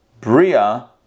Bria